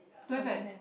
don't have eh